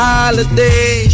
Holiday